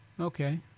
Okay